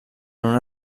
una